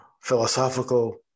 philosophical